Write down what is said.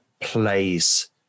plays